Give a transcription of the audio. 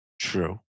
True